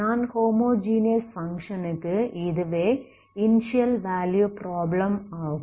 நான் homogeneous function க்கு இதுவே இனிஸியல் வேல்யூ ப்ராப்ளம் ஆகும்